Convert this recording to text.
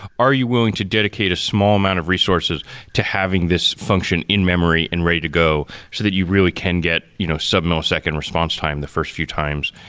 are you willing to dedicate a small amount of resources to having this function in-memory and ready to go, so that you really can get you know sub millisecond response time the first few times?